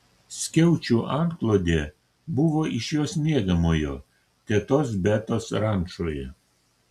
skiaučių antklodė buvo iš jos miegamojo tetos betos rančoje